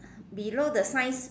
below the science